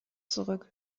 zurück